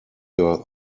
your